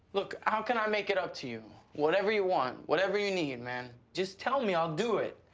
look, how can i make it up to you? whatever you want, whatever you need, man. just tell me, i'll do it.